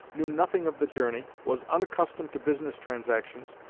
knew nothing of the journey, was unaccustomed to business transactions,